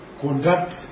conduct